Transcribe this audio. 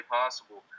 possible